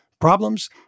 problems